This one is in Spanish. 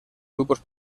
grupos